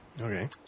Okay